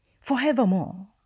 Forevermore